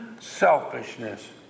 selfishness